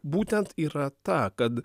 būtent yra ta kad